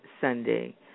Sunday